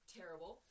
terrible